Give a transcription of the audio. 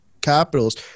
Capitals –